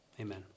amen